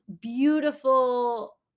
beautiful